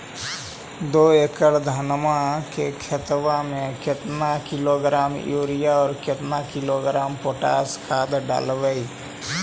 दो एकड़ धनमा के खेतबा में केतना किलोग्राम युरिया और केतना किलोग्राम पोटास खाद डलबई?